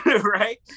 right